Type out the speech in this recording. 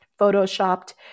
photoshopped